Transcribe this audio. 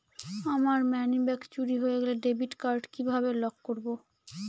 আমার মানিব্যাগ চুরি হয়ে গেলে ডেবিট কার্ড কিভাবে লক করব?